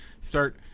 start